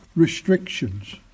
restrictions